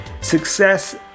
Success